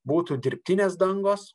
būtų dirbtinės dangos